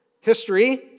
history